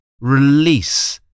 Release